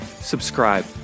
subscribe